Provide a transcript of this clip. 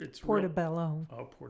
portobello